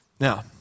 Now